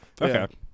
Okay